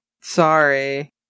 Sorry